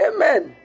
Amen